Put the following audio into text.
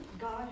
God